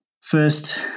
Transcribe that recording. first